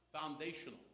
foundational